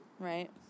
Right